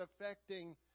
affecting